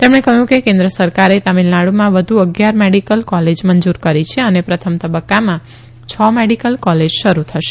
તેમણે કહથું કે કેન્દ્ર સરકારે તમીલનાડુમાં વધુ અગીયાર મેડીકલ કોલેજ મંજુર કરી છે અને પ્રથમ તબકકામાં છ મેડીકલ કોલેજ શરૂ થશે